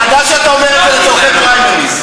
היא ידעה שאתה אומר את זה לצורכי פריימריז.